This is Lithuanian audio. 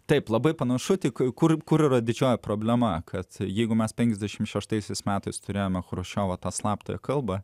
taip labai panašu tik kur kur yra didžioji problema kad jeigu mes penkiasdešimt šeštaisiais metais turėjome chruščiovą tą slaptąją kalbą